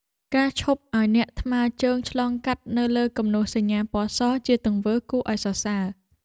ការឈប់ឱ្យអ្នកថ្មើរជើងឆ្លងកាត់នៅលើគំនូសសញ្ញាពណ៌សជាទង្វើគួរឱ្យសរសើរ។